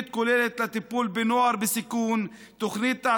תוכנית כוללת לטיפול בנוער בסיכון,